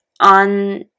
on